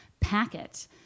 packet